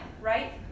right